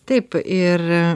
taip ir